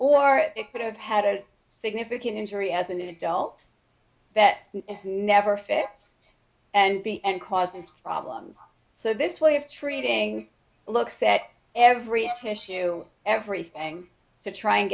or it could have had a significant injury as an adult that is never fit and be and causing problems so this way of treating looks at every issue everything to try and